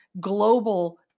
global